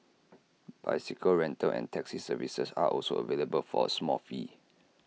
bicycle rental and taxi services are also available for A small fee